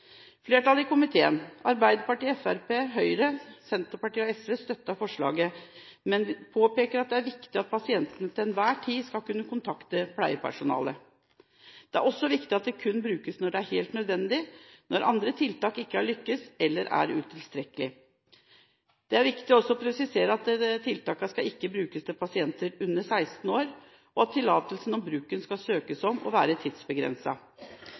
Senterpartiet – støtter forslaget, men påpeker at det er viktig at pasienten til enhver tid skal kunne kontakte pleiepersonale. Det er også viktig at det kun brukes når det er helt nødvendig, og kun når andre tiltak ikke har lyktes eller er utilstrekkelige. Det er også viktig å presisere at tiltakene ikke skal brukes på pasienter under 16 år, og at tillatelse om bruken skal søkes om og være